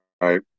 Right